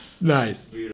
Nice